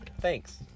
Thanks